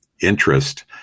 interest